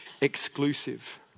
exclusive